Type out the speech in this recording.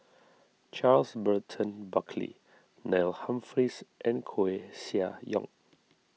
Charles Burton Buckley Neil Humphreys and Koeh Sia Yong